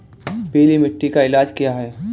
पीली मिट्टी का इलाज क्या है?